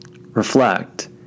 reflect